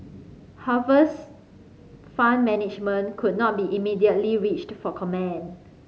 Harvest Fund Management could not be immediately reached for comment